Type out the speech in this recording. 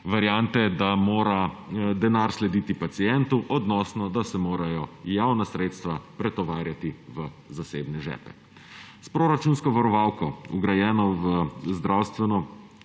variante, da mora denar slediti pacientu oziroma da se morajo javna sredstva pretovarjati v zasebne žepe. S proračunsko varovalko, vgrajeno v zdravstveno